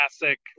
classic